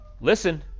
listen